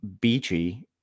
beachy